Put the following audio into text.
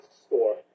store